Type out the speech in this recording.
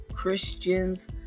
Christians